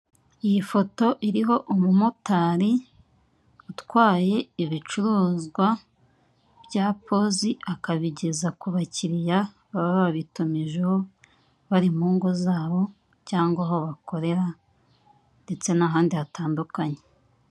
Iyi foto iriho umumotari utwaye ibicuruzwa bya pozi akabigeza ku bakiliya baba babitumijeho bari mu ngo zabo cyangwa aho bakorera ndetse n'ahandi hatandukanye.